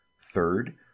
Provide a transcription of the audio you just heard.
Third